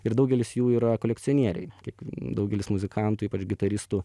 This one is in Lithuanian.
ir daugelis jų yra kolekcionieriai kaip daugelis muzikantų ypač gitaristų